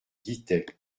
guittet